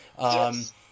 Yes